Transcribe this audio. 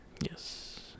Yes